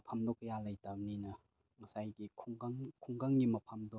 ꯃꯐꯝꯗꯣ ꯀꯌꯥ ꯂꯩꯇꯝꯅꯤꯅ ꯉꯁꯥꯏꯒꯤ ꯈꯨꯡꯒꯪ ꯈꯨꯡꯒꯪꯒꯤ ꯃꯐꯝꯗꯣ